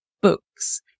books